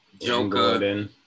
Joker